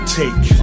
take